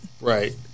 Right